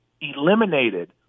Eliminated